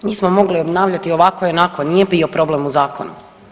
Mi smo mogli obnavljati ovako i onako, nije bio problem u zakonu.